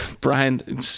brian